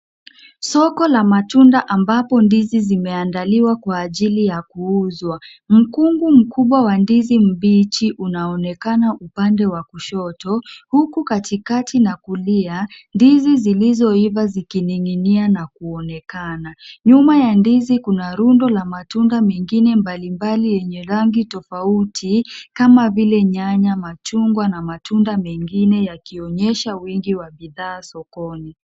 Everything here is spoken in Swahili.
Soko la matunda ambapo ndizi zimeandaliwa kwa ajili ya kuuzwa. Mkungu mkubwa wa ndizi mbichi unaonekana upande wa kushoto, huku katikati na kulia ndizi zilizoiva zikining'inia na kuonekana. Nyuma ya ndizi kuna rundo la matunda mengine mbalimbali yenye rangi tofauti, kama vile nyanya, machungwa na matunda mengine yakionyesha wingi wa bidhaa sokoni.